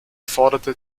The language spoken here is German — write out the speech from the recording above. forderte